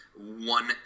one